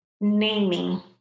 naming